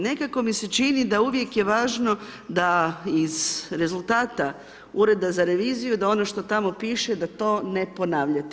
Nekako mi se čini da uvijek je važno da iz rezultata Ureda za reviziju, da ono što tamo piše, da to ne ponavljate.